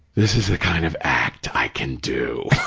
this is the kind of act i can do.